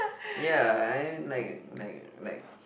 ya I like like like